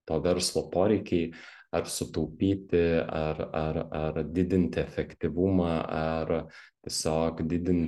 to verslo poreikiai ar sutaupyti ar ar ar didinti efektyvumą ar tiesiog didin